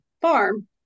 farm